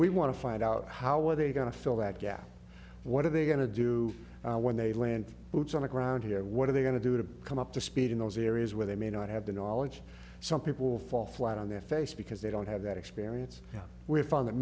we want to find out how are they going to fill that gap what are they going to do when they land boots on the ground here what are they going to do to come up to speed in those areas where they may not have the knowledge some people fall flat on their face because they don't have that experience